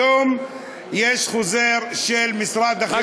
היום יש חוזר של משרד החינוך,